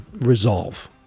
Resolve